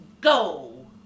go